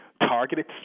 targeted